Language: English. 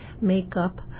makeup